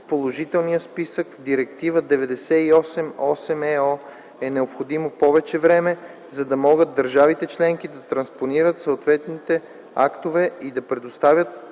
в положителния списък в Директива 98/8/ЕО, е необходимо повече време, за да могат държавите-членки да транспонират съответните актове и да предоставят,